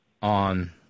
On